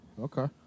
Okay